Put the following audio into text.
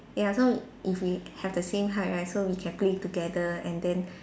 ya so if we have the same height right so we can play together and then